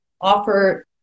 offer